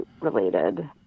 related